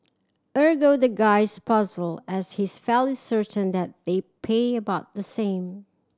ergo the guy is puzzled as he's fairly certain that they pay about the same